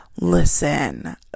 listen